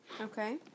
Okay